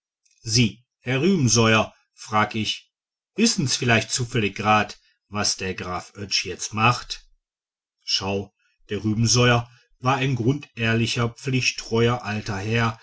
sie herr rubesoier frag ich wissen's vielleicht zufällig gerade was der graf oetsch jetzt macht schau der rubesoier war ein grundehrlicher pflichttreuer alter herr